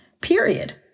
period